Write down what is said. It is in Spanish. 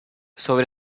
sobre